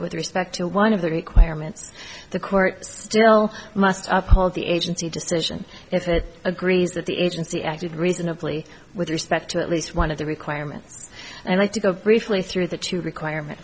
with respect to one of the requirements the court still must up hold the agency decision if it agrees that the agency acted reasonably with respect to at least one of the requirements and i to go briefly through the two requirement